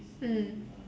mm